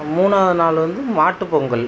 மூணாவது நாள் வந்து மாட்டுப்பொங்கல்